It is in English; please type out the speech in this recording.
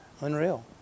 Unreal